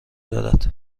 دارد